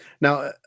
Now